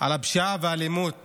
על הפשיעה ועל האלימות